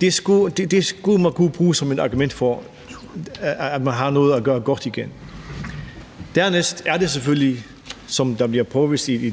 Det skulle man kunne bruge som et argument for, at man har noget at gøre godt igen. Dernæst er det selvfølgelig, som det bliver påvist i